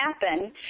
happen